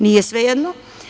Nije svejedno.